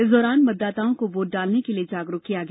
इस दौरान मतदाताओं को वोट डालने के लिए जागरूक किया गया